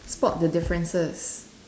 spot the differences